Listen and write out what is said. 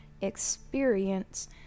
experience